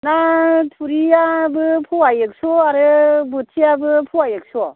ना थुरियाबो फवा एक्स' आरो बोथियाबो फवा एक्स'